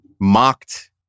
mocked